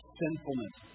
sinfulness